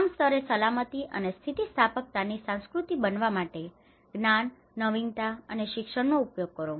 તમામ સ્તરે સલામતી અને સ્થિતિસ્થાપકતાની સંસ્કૃતિ બનાવવા માટે જ્ઞાન નવીનતા અને શિક્ષણનો ઉપયોગ કરો